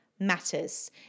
matters